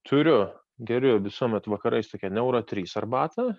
turiu geriu visuomet vakarais tokią nauro trys arbatą